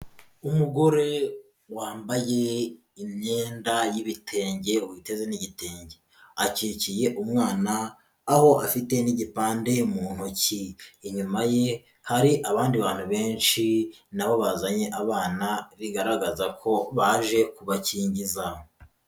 Umugore wambaye imyenda y'ibitenge, witeze n'igitenge, akikiye umwana aho afite n'igipande mu ntoki. Inyuma ye hari abandi bantu benshi na bo bazanye abana, bigaragaza ko baje kubakingiza.